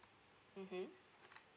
mmhmm